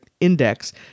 index